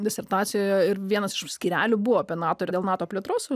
disertacijoje ir vienas iš skyrelių buvo apie nato ir dėl nato plėtros